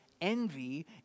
envy